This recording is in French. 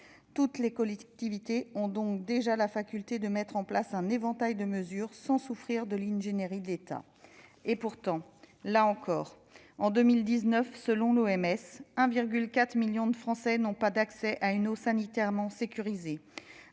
Toutes les collectivités ont donc déjà la faculté de mettre en place un éventail de mesures sans souffrir de l'ingérence de l'État. Pourtant, selon l'OMS, en 2019, 1,4 million de Français n'avaient pas d'accès à une eau « sanitairement sécurisée